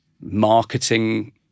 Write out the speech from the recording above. marketing